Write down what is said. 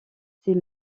ses